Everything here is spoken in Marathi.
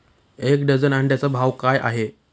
एक डझन अंड्यांचा भाव काय आहे?